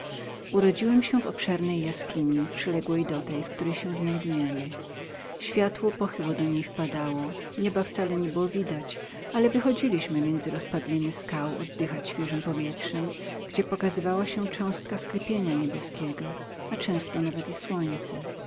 urodziłem się w obszernej jaskini przyległej do tej w której się znajdujemy światło pochyło do niej wpadało nieba wcale nie było widać ale wychodziliśmy między rozpadliny skał oddychać świeżem powietrzem gdzie pokazywała się cząstka sklepienia niebieskiego a często nawet i słońce